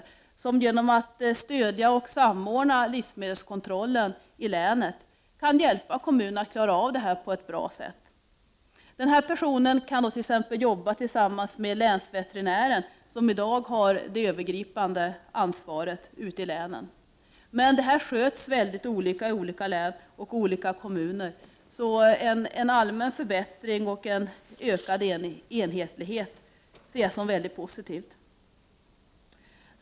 Länsstyrelserna kan, genom att stödja och samordna livsmedelskontrollen i länet, hjälpa kommunen att klara av detta på ett bra sätt. Denna person kan t.ex. jobba tillsammans med länsveterinären, som i dag har det övergripande ansvaret ute i länen. Men detta sköts mycket olika i olika län och i olika kommuner. En allmän förbättring och en ökad enhetlighet ser jag som mycket positivt.